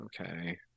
Okay